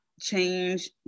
change